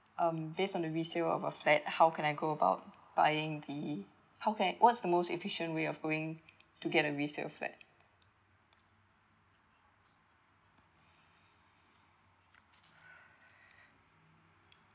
um based on the resale of uh flat how can I go about buying the how can~ what's the most efficient way of going to get a resale flat